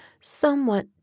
somewhat